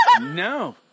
No